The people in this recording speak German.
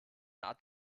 art